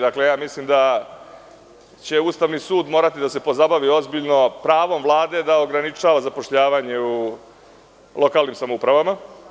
Dakle, mislim da će Ustavni sud morati da se pozabavi ozbiljno pravom Vlade da ograničava zapošljavanje u lokalnim samoupravama.